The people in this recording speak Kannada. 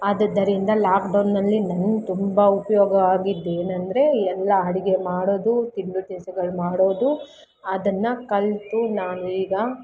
ಆದುದ್ದರಿಂದ ಲಾಕ್ಡೌನಲ್ಲಿ ನನ್ಗೆ ತುಂಬ ಉಪಯೋಗ ಆಗಿದ್ದೇನಂದರೆ ಎಲ್ಲ ಅಡಿಗೆ ಮಾಡೋದು ತಿಂಡಿ ತಿನಿಸುಗಳ್ ಮಾಡೋದು ಅದನ್ನು ಕಲಿತು ನಾವೀಗ